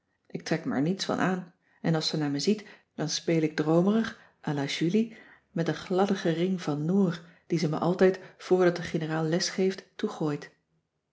ik trek er me niets van aan en als ze naar me ziet dan speel ik droomerig à la julie met een gladdigen ring van noor die ze me altijd voor dat de generaal